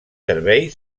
servei